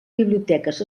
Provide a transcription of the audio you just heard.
biblioteques